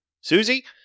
Susie